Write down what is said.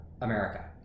America